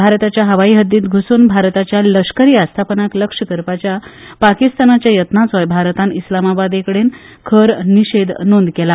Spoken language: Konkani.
भारताच्या हवाई हद्दीत घुसून भारताच्या लष्करी आस्थापनांक लक्ष करपाच्या पाकिस्तानाच्या यत्नाचोय भारतान इस्लामाबादाकडेन खर निशेध नोंद केला